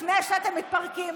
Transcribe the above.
לפני שאתם מתפרקים,